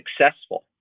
successful